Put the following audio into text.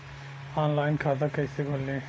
Online खाता कइसे खुली?